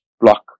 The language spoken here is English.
block